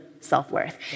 self-worth